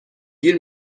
گیر